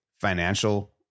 financial